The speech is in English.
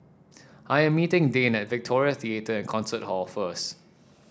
I am meeting Dane at Victoria Theatre and Concert Hall first